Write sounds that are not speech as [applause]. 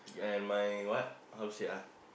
[noise] and my what how to say ah